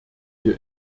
wir